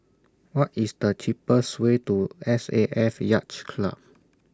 What IS The cheapest Way to S A F Yacht Club